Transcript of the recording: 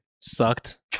Sucked